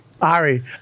Ari